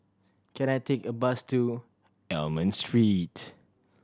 can I take a bus to Almond Street